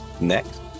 Next